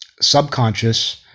subconscious